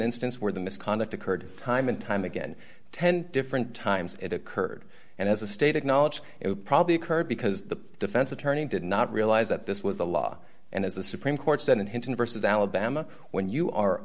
instance where the misconduct occurred time and time again ten different times it occurred and as a state acknowledged it would probably occur because the defense attorney did not realize that this was the law and as the supreme court said in hinton versus alabama when you are